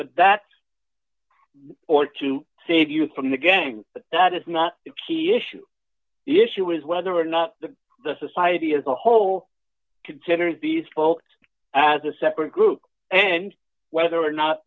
that's or to save you from the gang that is not the key issue the issue is whether or not the the society as a whole considers these folks as a separate group and whether or not